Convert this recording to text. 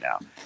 now